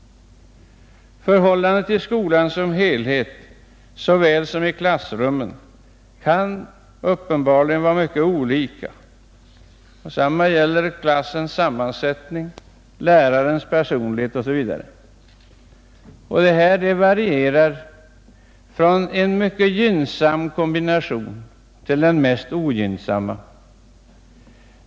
Förhållandet i skolan som helhet såväl som i klassrummet kan uppenbarligen vara mycket olika. Detsamma gäller klassens sammansättning, lärarens personlighet osv. Här varierar det från en mycket gynnsam kombination till den mest ogynnsamma.